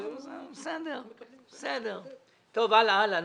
בסדר, הלאה.